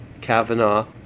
Kavanaugh